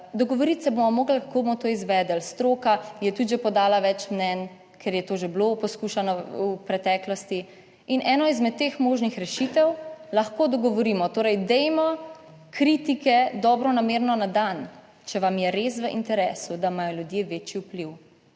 Dogovoriti se bomo morali kako bomo to izvedli. Stroka je tudi že podala več mnenj, ker je to že bilo poskušano v preteklosti in ena izmed teh možnih rešitev, lahko dogovorimo. Torej dajmo kritike dobronamerno na dan, če vam je res v interesu, da imajo ljudje večji vpliv